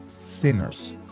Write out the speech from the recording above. sinners